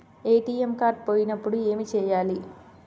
ATM card పోయినప్పుడు ఏమి చేయాలి?